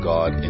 God